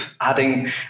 adding